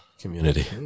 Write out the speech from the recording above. community